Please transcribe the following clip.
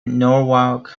norwalk